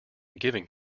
giving